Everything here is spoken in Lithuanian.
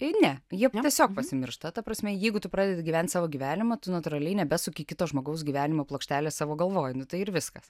ne jie tiesiog pasimiršta ta prasme jeigu tu pradedi gyvent savo gyvenimą tu natūraliai nebesuki kitos žmogaus gyvenimo plokštelės savo galvoj nu tai ir viskas